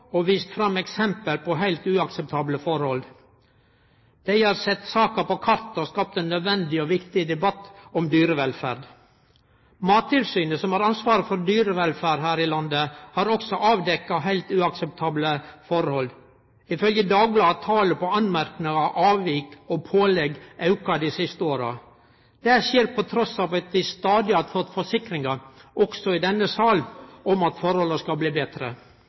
og vist fram eksempel på heilt uakseptable forhold. Dei har sett saka på kartet og skapt ein nødvendig og viktig debatt om dyrevelferd. Mattilsynet, som har ansvaret for dyrevelferda her i landet, har også avdekt heilt uakseptable forhold. Ifølgje Dagbladet har talet på merknader, avvik og pålegg auka dei siste åra. Det skjer på tross av at vi stadig har fått forsikringar, også i denne salen, om at forholda skal bli betre.